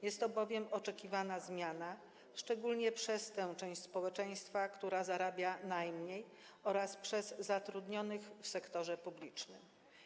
Jest to bowiem oczekiwana zmiana, szczególnie przez tę część społeczeństwa, która zarabia najmniej, oraz przez zatrudnionych w sektorze publicznym.